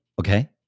Okay